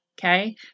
Okay